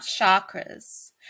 chakras